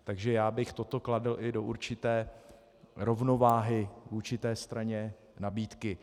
Takže já bych toto kladl i do určité rovnováhy vůči té straně nabídky.